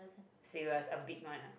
serious a big one ah